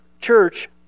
church